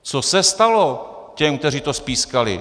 Co se stalo těm, kteří to spískali?